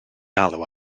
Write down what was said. galw